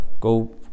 go